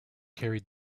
carried